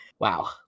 Wow